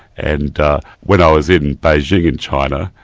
and when i was in beijing in china,